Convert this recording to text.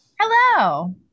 Hello